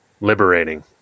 liberating